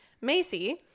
Macy